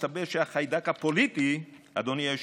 מסתבר שהחיידק הפוליטי, אדוני היושב-ראש,